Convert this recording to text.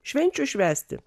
švenčių švęsti